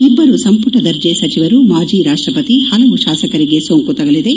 ಇಬ್ಬರು ಸಂಪುಟ ದರ್ಜೆ ಸಚಿವರು ಮಾಜಿ ರಾಷ್ಟ ಪತಿ ಹಲವು ಶಾಸಕರಿಗೆ ಸೋಂಕು ತಗುಲಿದೆ